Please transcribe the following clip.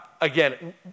Again